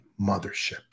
mothership